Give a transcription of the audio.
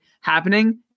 happening